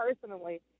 personally